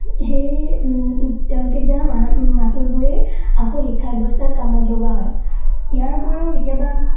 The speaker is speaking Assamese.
সেই তেওঁলোকে দিয়া মাচুলবোৰেই আকৌ শিক্ষা ব্যৱস্থাত কামত লগোৱা হয় ইয়াৰ উপৰিও কেতিয়াবা